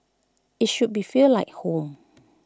IT should be feel like home